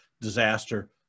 disaster